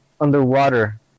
underwater